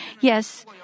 Yes